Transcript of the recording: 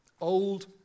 old